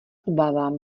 obávám